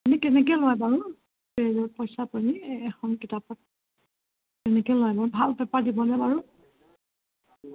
কেনেকৈ লয় বাৰু পেজৰ পইচা আপুনি এখন কিতাপত কেনেকৈ লয় বাৰু ভাল পেপাৰ দিবনে বাৰু